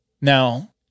Now